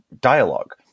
dialogue